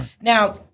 Now